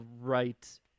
right